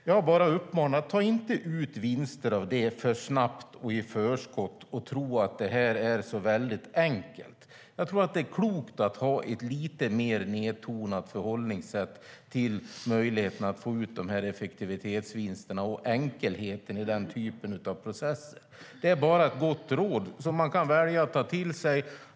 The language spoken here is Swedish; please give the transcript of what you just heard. Jag bara uppmanar: Ta inte ut vinster av det för snabbt och i förskott, och tro inte att det är så väldigt enkelt! Jag tror att det är klokt att ha ett lite mer nedtonat förhållningssätt inför möjligheten att få ut effektivitetsvinster och inför enkelheten i den typen av processer. Det är bara ett gott råd, som man kan välja att ta till sig.